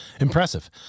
impressive